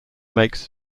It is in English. makes